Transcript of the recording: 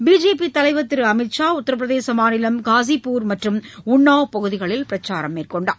BJP தலைவர் திரு அமித்ஷா உத்திரபிரதேச மாநிலம் காஸிப்பூர் மற்றும் உண்ணாவ் பகுதிகளில் பிரச்சாரம் மேற்கொண்டார்